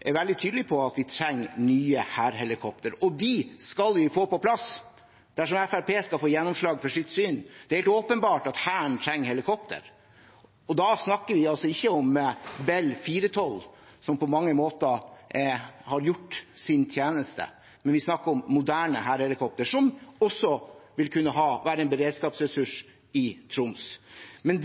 er veldig tydelige på at vi trenger nye hærhelikopter, og dem skal vi få på plass, dersom Fremskrittspartiet får gjennomslag for sitt syn. Det er helt åpenbart at Hæren trenger helikopter, og da snakker vi ikke om Bell 412, som på mange måter har gjort sin tjeneste, men om moderne hærhelikopter, som også vil kunne være en beredskapsressurs i Troms. Om en